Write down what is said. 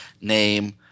name